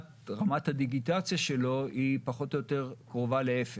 רמת הדיגיטציה של שירות בתי הסוהר היא פחות או יותר קרובה לאפס.